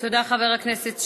תודה, חבר הכנסת שטבון.